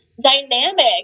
dynamic